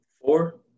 Four